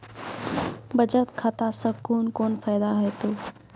बचत खाता सऽ कून कून फायदा हेतु?